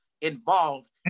involved